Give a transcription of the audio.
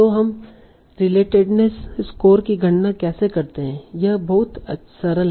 तो हम relatedness score की गणना कैसे करते हैं और यह बहुत सरल है